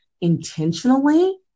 intentionally